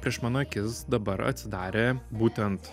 prieš mano akis dabar atsidarė būtent